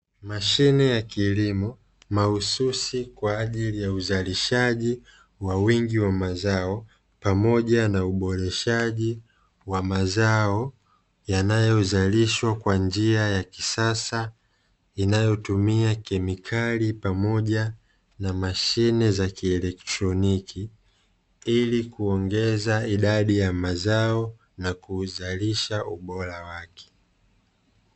Mashine ya kilimo mahususi kwa ajili ya uzalishaji wa wingi wa mazao, pamoja na uboreshaji wa mazao yanayozalishwa kwa njia ya kisasa, inayotumia kemikali pamoja na mashine za kielektroniki, ili kuongeza idadi ya mazao na kuzalisha ubora wake.